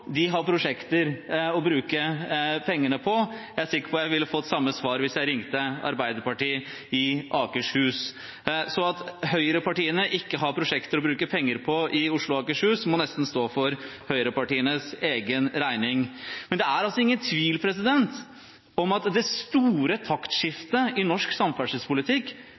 De har prosjekter å bruke pengene på. Jeg er sikker på at jeg hadde fått samme svar hvis jeg ringte Arbeiderpartiet i Akershus. Så det at høyrepartiene ikke har prosjekter å bruke penger på i Oslo og Akershus, må nesten stå for høyrepartienes egen regning. Men det er ingen tvil om at det store taktskiftet i norsk samferdselspolitikk